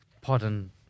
Pardon